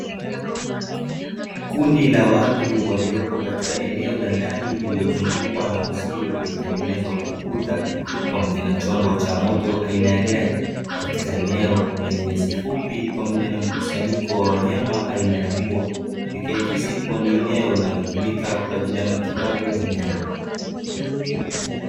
Kundi la watu waliopo katika eneo la ndani lililozungukwa na uzio uliotengenezwa ukuta, pamoja na chombo cha moto aina ya gari. Katika eneo lenye nyasi fupi pamoja na mkusanyiko wa wanyama aina ya mbwa; ikiakisi kuwa ni eneo linalotumika kwa ajili ya matibabu ya wanyama.